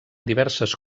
diverses